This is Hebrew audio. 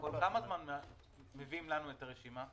כל כמה זמן מביאים לנו את הרשימה?